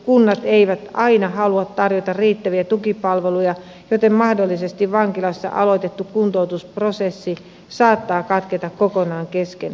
kunnat eivät aina halua tarjota riittäviä tukipalveluja joten mahdollisesti vankilassa aloitettu kuntoutusprosessi saattaa katketa kokonaan kesken